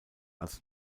als